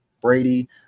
Brady